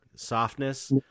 softness